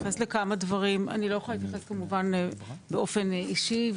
כמובן, לא יכולה להתייחס באופן אישי.